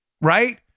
right